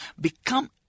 become